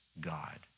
God